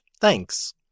Thanks